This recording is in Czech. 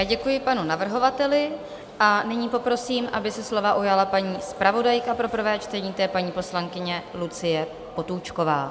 Děkuji panu navrhovateli a nyní poprosím, aby se slova ujala paní zpravodajka pro prvé čtení, poslankyně Lucie Potůčková.